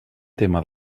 tema